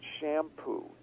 shampoo